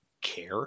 care